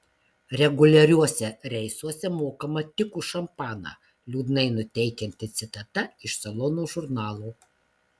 reguliariuose reisuose mokama tik už šampaną liūdnai nuteikianti citata iš salono žurnalo